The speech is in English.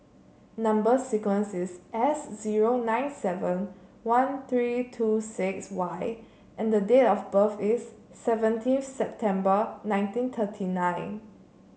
number sequence is S zero nine seven one three two six Y and date of birth is seventeen September nineteen thirty nine